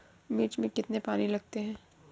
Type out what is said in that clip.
मिर्च में कितने पानी लगते हैं?